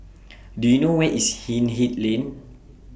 Do YOU know Where IS Hindhede Lane